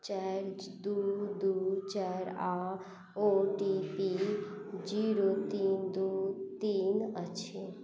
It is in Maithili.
चारि दू दू चारि आ ओ टी पी जीरो तीन दू तीन अछि